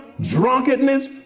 drunkenness